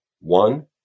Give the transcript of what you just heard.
One